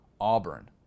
Auburn